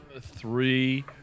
three